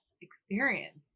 experience